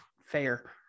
fair